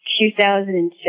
2006